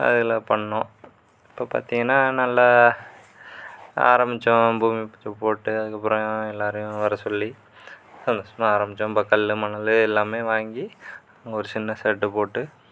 அதெல்லாம் பண்ணோம் இப்போ பார்த்தீங்கன்னா நல்லா ஆரமிச்சோம் பூமி பூஜை போட்டு அதுக்கப்புறம் எல்லாரையும் வர சொல்லி அது சும்மா ஆரமிச்சோம் கல் மணல் எல்லாமே வாங்கி ஒரு சின்ன ஷெட் போட்டு